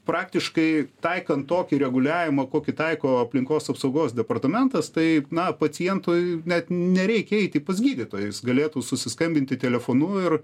praktiškai taikant tokį reguliavimą kokį taiko aplinkos apsaugos departamentas tai na pacientui net nereikia eiti pas gydytoją jis galėtų susiskambinti telefonu ir